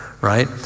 right